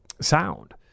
sound